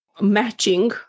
matching